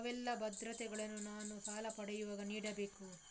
ಯಾವೆಲ್ಲ ಭದ್ರತೆಗಳನ್ನು ನಾನು ಸಾಲ ಪಡೆಯುವಾಗ ನೀಡಬೇಕು?